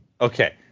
Okay